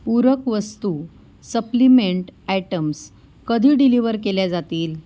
पूरक वस्तू supplement items कधी डिलिव्हर केल्या जातील